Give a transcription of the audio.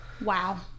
wow